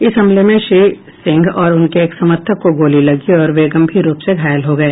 इस हमले में श्री सिंह और उनके एक समर्थक को गोली लगी और वे गंभीर रूप से घायल हो गए